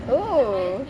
oh